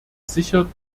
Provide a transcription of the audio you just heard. sicher